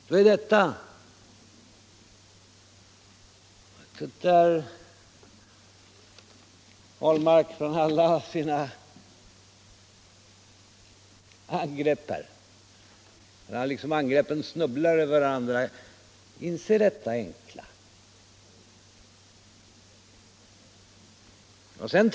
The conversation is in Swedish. Kan inte herr Ahlmark trots alla sina angrepp — angreppen riktigt snubblade över varandra — inse detta enkla faktum?